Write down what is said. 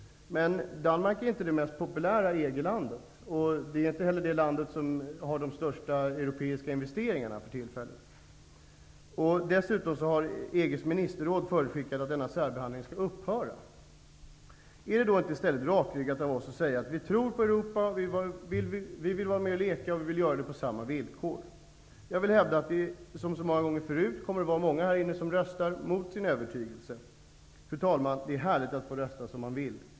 Men Danmark är inte det mest populära EG-landet. Det är inte heller det land som har de största europeiska investeringarna för tillfället. Dessutom har EG:s ministerråd förutskickat att denna särbehandling skall upphöra. Är det då inte i stället rakryggat av oss att säga att vi tror på Europa, att vi vill vara med och leka och vill göra det på samma villkor? Jag vill hävda att det som så många gånger förut kommer att vara många här inne som röstar mot sin övertygelse. Det är härligt, fru talman, att få rösta som man vill!